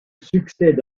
succède